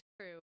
true